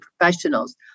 professionals